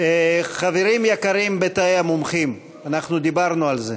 חברים יקרים בתאי המומחים, אנחנו דיברנו על זה,